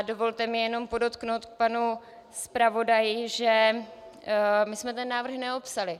Dovolte mi jenom podotknout k panu zpravodaji, že my jsme ten návrh neopsali.